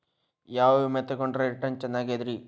ಯಾವ ವಿಮೆ ತೊಗೊಂಡ್ರ ರಿಟರ್ನ್ ಚೆನ್ನಾಗಿದೆರಿ?